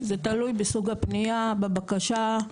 זה תלוי בסוג הפנייה, בבקשה,